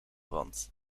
brand